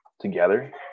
together